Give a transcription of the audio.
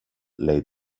laid